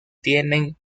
tienen